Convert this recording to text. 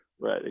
Right